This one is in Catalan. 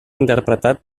interpretat